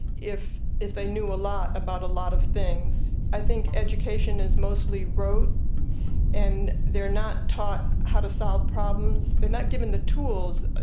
if if they knew a lot about a lot of things. i think education is mostly rote and they're not taught how to solve problems. they're not given the tools,